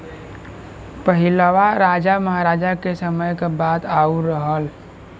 पहिलवा राजा महराजा के समय क बात आउर रहल